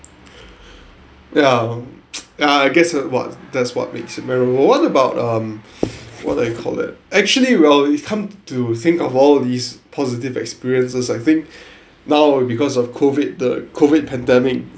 ya I guess what that's what makes it memorable what about um what I call it actually well when you come to think of all these positive experiences I think now because of COVID the COVID pandemic